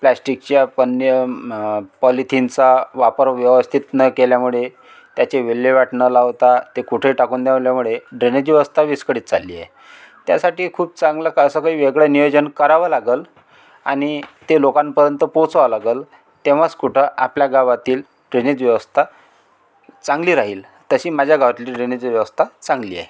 प्लास्टिकच्या पन्न्या पॉलिथिनचा वापर व्यवस्थित न केल्यामुळे त्याचे विल्हेवाट न लावता ते कुठेही टाकून दिल्यामुळे ड्रेनेजची व्यवस्था विस्कळीत चालली आहे त्यासाठी खूप चांगलं का असं काही वेगळं नियोजन करावं लागंल आणि ते लोकांपर्यंत पोचवावं लागंल तेव्हाच कुठं आपल्या गावातील ड्रेनेज व्यवस्था चांगली राहील तशी माझ्या गावातली ड्रेनेज व्यवस्था चांगली आहे